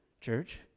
Church